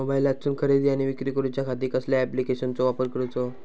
मोबाईलातसून खरेदी आणि विक्री करूच्या खाती कसल्या ॲप्लिकेशनाचो वापर करूचो?